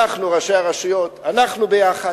אנחנו, ראשי הרשויות, אנחנו ביחד.